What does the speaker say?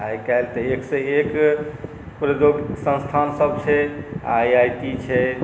आइकाल्हि तऽ एकसँ एक प्रद्योगिक संस्थानसभ छै आइ आइ टी छै